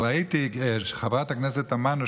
אבל ראיתי שחברת הכנסת תמנו,